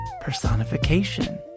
Personification